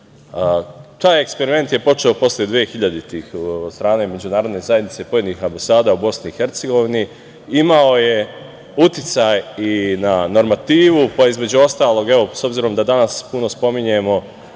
eksperiment je počeo posle 2000. godine, od strane međunarodne zajednice i pojedinih ambasada u BiH, imao je uticaj i na normativu, pa, između ostalog, s obzirom da danas puno spominjemo